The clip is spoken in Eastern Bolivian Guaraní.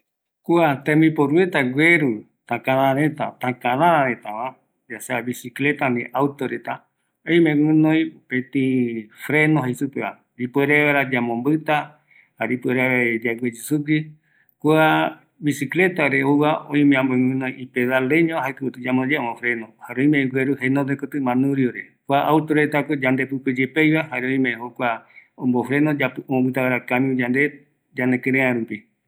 Kua takaäräraäreta, öime guinoi yambobɨta vaera, vicicleta oime gueru kïraï yaroata vaera, pedal, cadenilla, jukuraï yaikatuta yaroata kua täkära, jare auto reta öime gueru, yambombɨta vaera, jaeko yaikatuata yaiporu